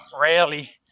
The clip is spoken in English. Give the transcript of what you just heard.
rarely